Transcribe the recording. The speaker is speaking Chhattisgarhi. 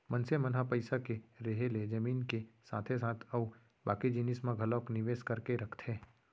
मनसे मन ह पइसा के रेहे ले जमीन के साथे साथ अउ बाकी जिनिस म घलोक निवेस करके रखथे